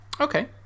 Okay